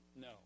No